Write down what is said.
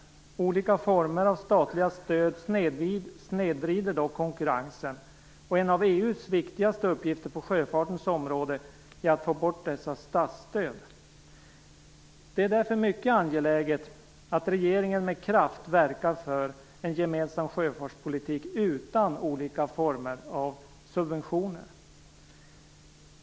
Olika former av statliga stöd snedvrider dock konkurrensen, och en av EU:s viktigaste uppgifter på sjöfartens område är att få bort dessa statsstöd. Det är därför mycket angeläget att regeringen med kraft verkar för en gemensam sjöfartspolitik utan olika former av subventioner.